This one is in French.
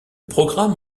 programme